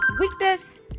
weakness